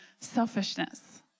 selfishness